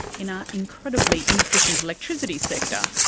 in our incredibly inefficient electricity sector,